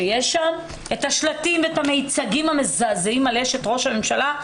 שיש שם שאת השלטים ואת המיצגים המזעזעים על אשת ראש הממשלה,